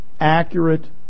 accurate